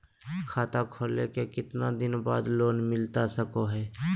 खाता खोले के कितना दिन बाद लोन मिलता सको है?